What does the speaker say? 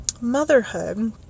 motherhood